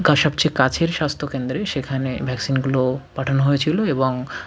বা সবচেয়ে কাছের স্বাস্থ্যকেন্দ্রে সেখানে ভ্যাক্সিনগুলো পাঠানো হয়েছিলো এবং